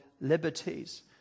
liberties